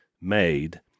made